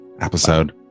episode